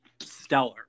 Stellar